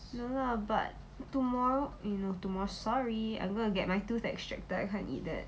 no lah but tomorrow eh no tomorrow sorry I'm gonna get my tooth extracted I can't eat that